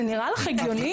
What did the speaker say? זה נראה לך הגיוני?